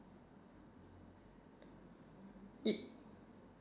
y~